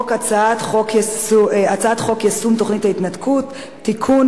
הצעת חוק יישום תוכנית ההתנתקות (תיקון,